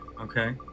Okay